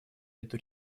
эту